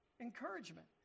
encouragement